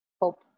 Hope